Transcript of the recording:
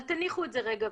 אבל תניחו את זה רגע בצד.